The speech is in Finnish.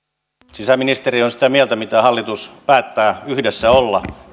sisäministeri on sitä mieltä mitä hallitus päättää yhdessä olla